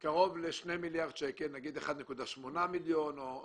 קרוב ל-2 מיליארד שקלים, נגיד 1.8 מיליארד.